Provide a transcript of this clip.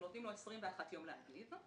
אנחנו נותנים לו 21 ימים להגיב.